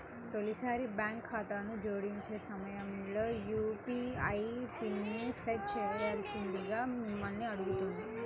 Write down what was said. తొలిసారి బ్యాంక్ ఖాతాను జోడించే సమయంలో యూ.పీ.ఐ పిన్ని సెట్ చేయాల్సిందిగా మిమ్మల్ని అడుగుతుంది